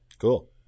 Cool